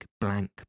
blank